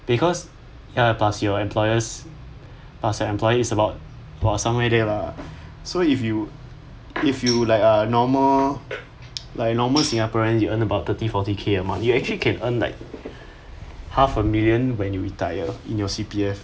because ya plus your employers plus your employees is about while somewhere there lah so if you if you like a normal like normal singaporeans you earn about thirty forty K a month you actually can earn like half a million when you retire in your C_P_F